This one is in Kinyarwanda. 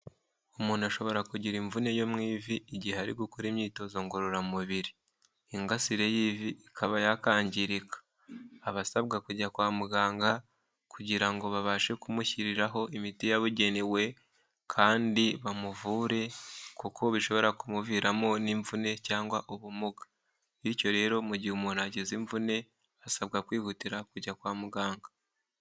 Umuntu ashobora kugira imvune yo mu ivi igihe ari gukora imyitozo ngororamubiri, ingasire y'ivi ikaba yakangirika, aba asabwa kujya kwa muganga kugira ngo babashe kumushyiriraho imiti yabugenewe kandi bamuvure kuko bishobora kumuviramo n'imvune cyangwa ubumuga, bityo rero mu gihe umuntu wagize imvune asabwa kwihutira kujya kwa muganga.